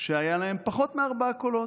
שהיו להם פחות מארבעה קולות.